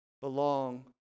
belong